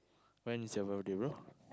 when is your birthday bro